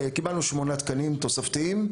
קיבלנו שמונה תקנים תוספתיים,